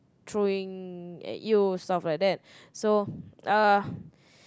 throwing at you stuff like that so uh